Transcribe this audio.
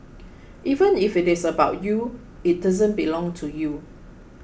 even if it is about you it doesn't belong to you